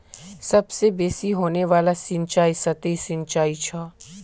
सबसे बेसि होने वाला सिंचाई सतही सिंचाई छ